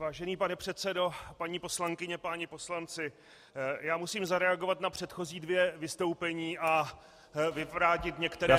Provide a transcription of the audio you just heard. Vážený pane předsedo, paní poslankyně, páni poslanci, já musím zareagovat na předchozí dvě vystoupení a vyvrátit některé